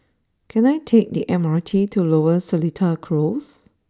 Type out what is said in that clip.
can I take the M R T to Lower Seletar close